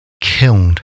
killed